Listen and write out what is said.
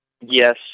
Yes